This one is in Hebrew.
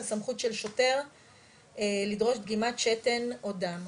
זה הסמכות של שוטר לדרוג דגימת שתן או דם.